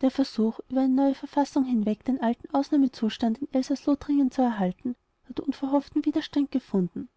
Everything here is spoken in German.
der versuch über die neue verfassung hinweg den alten ausnahmezustand in elsaß-lothringen zu erhalten hat unverhofften widerstand gefunden